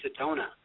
Sedona